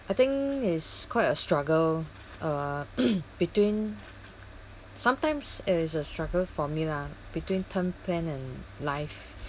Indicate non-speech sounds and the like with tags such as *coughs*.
I think it's quite a struggle uh *coughs* between sometimes it's a struggle for me lah between term plan and life